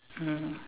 mmhmm